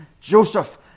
Joseph